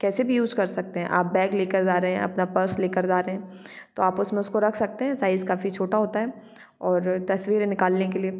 कैसे भी यूज कर सकते हैं आप बैग लेकर जा रहे हैं अपना पर्स लेकर जा रहे हैं तो आप उसमें उसको रख सकते हैं साइज काफी छोटा होता है और तस्वीरें निकालने के लिए